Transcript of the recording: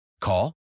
Call